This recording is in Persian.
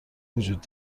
وجود